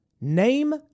Name